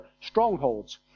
strongholds